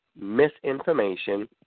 misinformation